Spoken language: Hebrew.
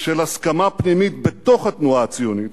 של הסכמה פנימית בתוך התנועה הציונית,